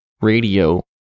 radio